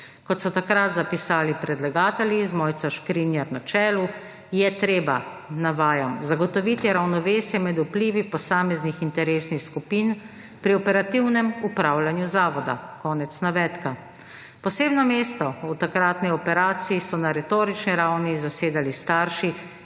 Kot so takrat zapisali predlagatelji z Mojco Škrinjar na čelu, je treba, navajam, »zagotoviti ravnovesje med vplivi posameznih interesnih skupin pri operativnem upravljanju zavoda«. Posebno mesto v takratni operaciji so na retorični ravni zasedali starši,